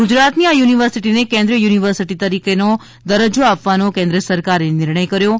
ગુજરાતની આ યુનિવર્સિટીને કેન્દ્રિય યુનિવર્સિટી તરીકેનો દરજ્જો આપવાનો કેન્દ્ર સરકારે નિર્ણય કર્યો છે